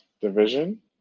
Division